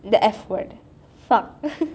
the F word fuck